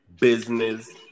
business